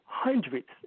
hundreds